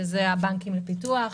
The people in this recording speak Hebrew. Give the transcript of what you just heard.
שזה הבנקים לפיתוח,